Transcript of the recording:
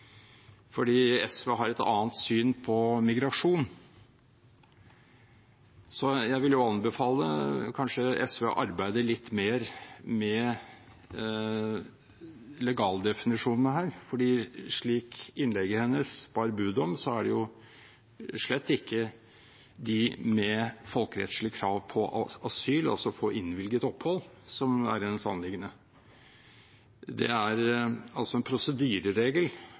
fordi SV har et annet syn på migrasjon. Jeg vil anbefale SV å arbeide litt mer med legaldefinisjonene her, for slik Karin Andersens innlegg bar bud om, er det slett ikke de med folkerettslig krav på asyl, altså på innvilget opphold, som er hennes anliggende, det er en prosedyreregel